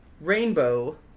rainbow